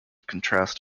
contrast